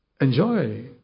Enjoy